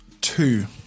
Two